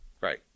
Right